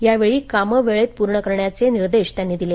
यावेळी कामं वेळेत पूर्ण करण्याचे निर्देश त्यांनी दिले